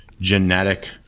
genetic